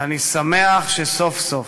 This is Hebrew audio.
ואני שמח שסוף-סוף,